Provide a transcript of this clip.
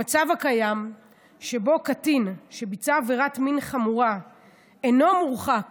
המצב הקיים שבו קטין שביצע עבירת מין חמורה אינו מורחק